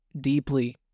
deeply